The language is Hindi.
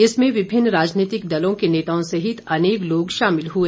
इसमें विभिन्न राजनीतिक दलों के नेताओं सहित अनेक लोग शामिल हए